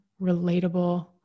relatable